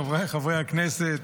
חבריי חברי הכנסת,